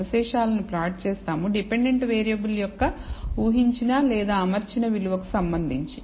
అవశేషాలను ప్లాట్ చేస్తాము dependent variable యొక్క ఊహించిన లేదా అమర్చిన విలువకు సంబంధించి